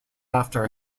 after